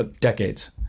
decades